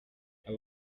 aba